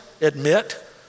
admit